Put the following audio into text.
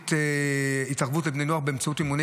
תוכנית התערבות לבני נוער באמצעות אימוני